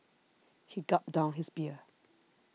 he gulped down his beer